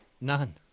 None